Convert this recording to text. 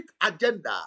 agenda